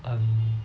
um